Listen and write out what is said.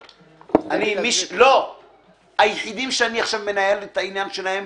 סליחה, היחידים שאני עכשיו מנהל את העניין שלהם